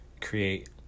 create